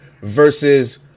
versus